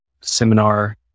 seminar